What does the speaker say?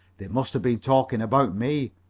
they must have been talking about me,